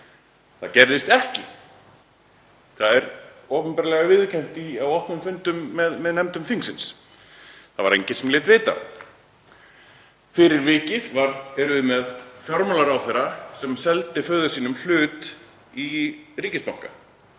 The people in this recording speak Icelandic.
Það gerðist ekki. Það var opinberlega viðurkennt á opnum fundum með nefndum þingsins. Það var enginn sem lét vita. Fyrir vikið erum við með fjármálaráðherra sem seldi föður sínum hlut í ríkisbanka.